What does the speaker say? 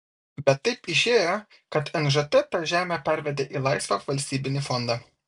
bet taip išėjo kad nžt tą žemę pervedė į laisvą valstybinį fondą